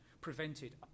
prevented